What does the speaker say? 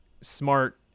smart